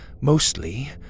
mostly